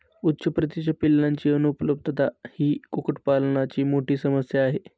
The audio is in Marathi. उच्च प्रतीच्या पिलांची अनुपलब्धता ही कुक्कुटपालनाची मोठी समस्या आहे